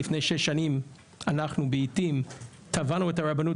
לפני שש שנים אנחנו ב"עתים" תבענו את הרבנות